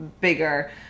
bigger